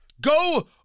Go